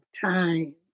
time